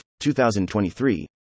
2023